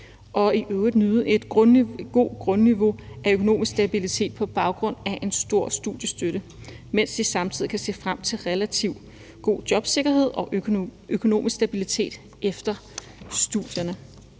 i øvrigt nyde et godt grundniveau for økonomisk stabilitet på baggrund af en stor studiestøtte, mens de samtidig kan se frem til en relativt god jobsikkerhed og økonomisk stabilitet efter studierne.